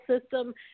system